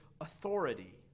authority